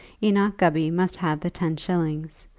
enoch gubby must have the ten shillings,